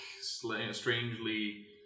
strangely